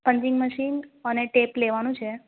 punching machine અને tape લેવાનું છે